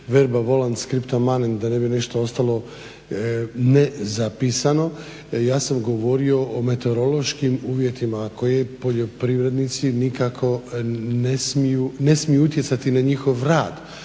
ove sjednice … da ne bi nešto ostalo ne zapisano ja sam govorio o meteorološkim uvjetima koji poljoprivrednici nikako ne smiju utjecati na njihov rad